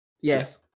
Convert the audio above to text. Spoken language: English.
Yes